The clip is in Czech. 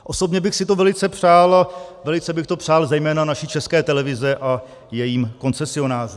Osobně bych si to velice přál a velice bych to přál zejména naší České televizi a jejím koncesionářům.